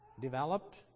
developed